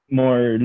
more